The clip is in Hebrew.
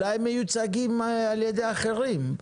אולי הם מיוצגים על ידי אחרים,